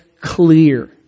clear